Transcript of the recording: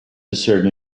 discern